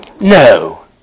No